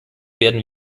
werden